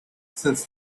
since